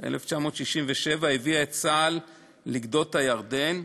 1967, הביאה את צה"ל לגדות הירדן,